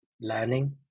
learning